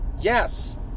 Yes